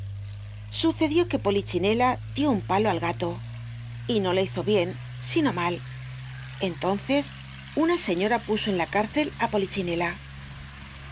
sucedió que polichinela dió un palo al gato y no le hizo bien sino mal entonces una señora puso en la cárcel á polichinela allí